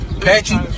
Patchy